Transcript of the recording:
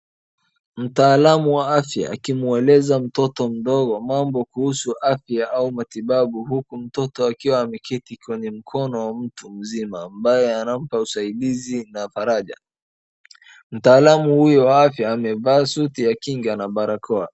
Mtaalamu afya akimueleza mtoto mdogo mambo kuhusu afya au matibabu huku mtoto ameketi kwenye mkono wa mtu mzima ambaye anampa usaidizi na faraja. Mtaalamu huyu wa afya amevaa suti ya kinga na barakoa.